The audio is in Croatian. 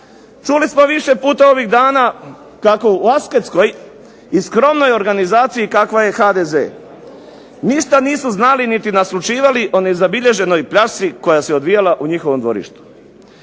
Čuli smo više puta ovih dana kako u asketskoj i skromnoj organizaciji kakva je HDZ, ništa nisu znali niti naslućivali o nezabilježenoj pljačci koja se odvijala u njihovom dvorištu.